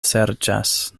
serĉas